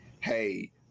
hey